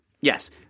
yes